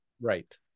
Right